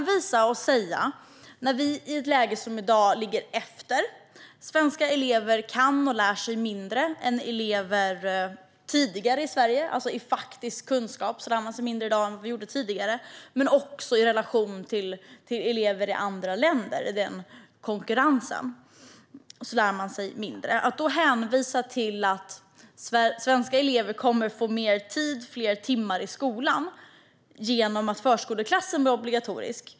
Vi är i ett läge i dag när vi ligger efter och när svenska elever kan och lär sig mindre än elever tidigare i Sverige - i faktisk kunskap men också i relation till och i konkurrens med elever i andra länder. Då hänvisar man till att svenska elever kommer att få mer tid och fler timmar i skolan genom att förskoleklassen blir obligatorisk.